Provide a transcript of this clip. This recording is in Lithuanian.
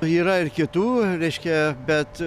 yra ir kitų reiškia bet